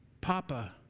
Papa